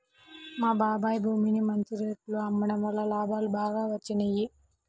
మా బాబాయ్ భూమిని మంచి రేటులో అమ్మడం వల్ల లాభాలు బాగా వచ్చినియ్యి